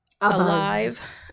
alive